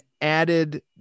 added